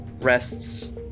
rests